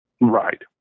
Right